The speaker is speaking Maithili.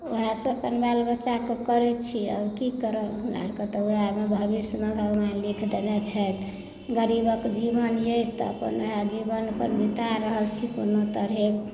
उएहसभ अपन बाल बच्चाकेँ करैत छियै आओर की करब हमरा आओरकेँ तऽ उएह भविष्यमे भगवान लिखि देने छथि गरीबक जीवन अछि तऽ अपन उएह जीवन अपन बिता रहल छी कोनो तरहे